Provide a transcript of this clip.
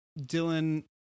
Dylan